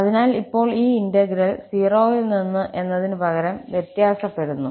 അതിനാൽ ഇപ്പോൾ ഈ ഇന്റഗ്രൽ 0 ൽ നിന്ന് എന്നതിന് പകരം വ്യത്യാസപ്പെടുന്നു